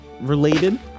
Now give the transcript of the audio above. Related